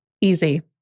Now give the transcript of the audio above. easy